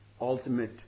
ultimate